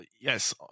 yes